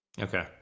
Okay